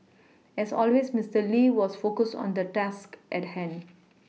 as always Mister Lee was focused on the task at hand